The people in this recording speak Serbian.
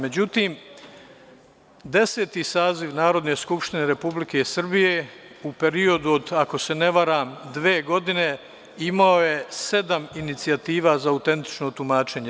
Međutim, Deseti saziv Narodne skupštine Republike Srbije u periodu, ako se ne varam dve godine imao je sedam inicijativa za autentično tumačenje.